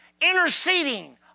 interceding